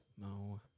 No